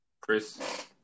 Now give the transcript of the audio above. Chris